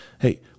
Hey